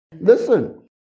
listen